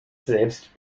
selbst